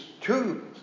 two